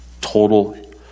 total